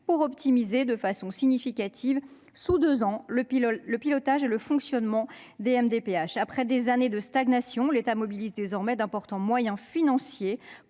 pour optimiser de façon significative, en deux ans, le pilotage et le fonctionnement des MDPH. Après des années de stagnation, l'État mobilise désormais d'importants moyens financiers